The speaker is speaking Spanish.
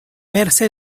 verse